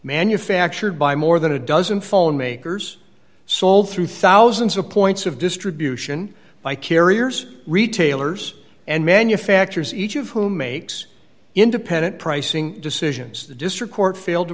manufactured by more than a dozen phone makers sold through thousands of points of distribution by carriers retailers and manufacturers each of whom makes independent pricing decisions the district court failed to